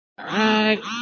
Alright